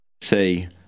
Say